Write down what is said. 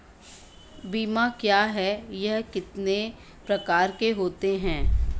बीमा क्या है यह कितने प्रकार के होते हैं?